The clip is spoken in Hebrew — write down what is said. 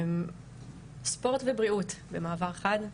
ספורט ובריאות, במעבר חד.